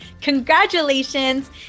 Congratulations